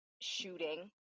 shooting